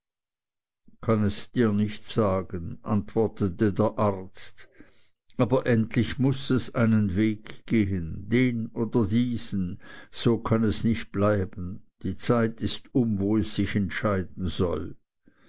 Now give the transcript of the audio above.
kann es dir nicht sagen antwortete der arzt aber endlich muß es einen weg gehen den oder diesen so kann es nicht bleiben die zeit ist um wo es sich entscheiden soll